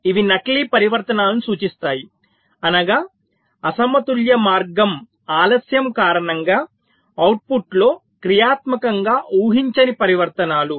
ఇవి నకిలీ పరివర్తనాలను సూచిస్తాయి అనగా అసమతుల్య మార్గం ఆలస్యం కారణంగా అవుట్పుట్లో క్రియాత్మకంగా ఊహించని పరివర్తనాలు